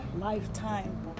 lifetime